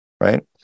Right